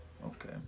Okay